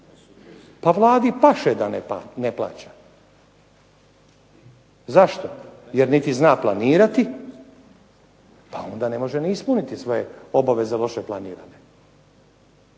Pa Vladi paše da ne plaća. zašto? Jer niti zna planirati pa onda ne može ni ispuniti svoje obaveze loše planirane.